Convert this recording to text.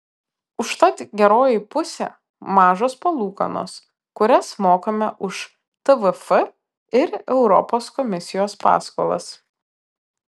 užtat geroji pusė mažos palūkanos kurias mokame už tvf ir europos komisijos paskolas